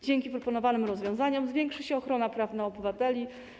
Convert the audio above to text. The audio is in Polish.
Dzięki proponowanym rozwiązaniom zwiększy się ochrona prawna obywateli.